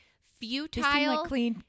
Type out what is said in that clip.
futile